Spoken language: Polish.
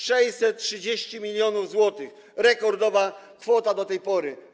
630 mln zł - rekordowa kwota do tej pory.